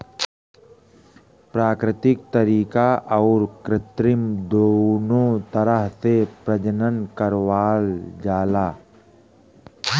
प्राकृतिक तरीका आउर कृत्रिम दूनो तरह से प्रजनन करावल जाला